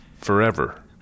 Forever